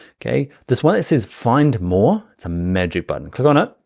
okay. this one that says find more, is a magic button. click on it.